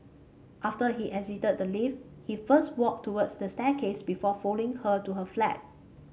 after he exited the lift he first walked towards the staircase before following her to her flat